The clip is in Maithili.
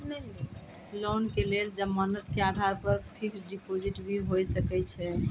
लोन के लेल जमानत के आधार पर फिक्स्ड डिपोजिट भी होय सके छै?